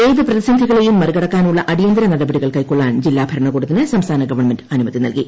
ഏത് പ്രതിസന്ധികളെയും മറികടക്കാനുള്ള അടിയന്തിര നടപടികൾ കൈക്കൊള്ളാൻ ജില്ലാ ഭരണകൂടത്തിന് സംസ്ഥാന ഗവൺമെന്റ് അനുമതി നൽകി